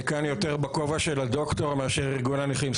אני כאן יותר בכובע של הד"ר מאשר ארגון הנכים,